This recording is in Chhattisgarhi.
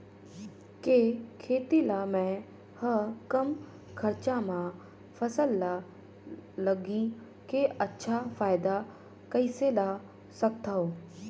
के खेती ला मै ह कम खरचा मा फसल ला लगई के अच्छा फायदा कइसे ला सकथव?